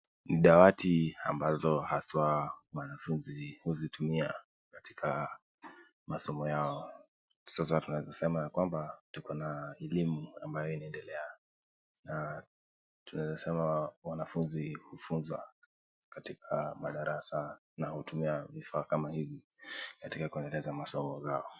Dawati ambazo haswa wanafunzi huzitumia katika masomo yao. Sasa tunaweza sema ya kwamba tuko na elimu ambayo inaendelea na tunaweza sema wanafunzi hufunzwa katika madarasa na hutumia vifaa kama hivi katika kuendeleza masomo zao.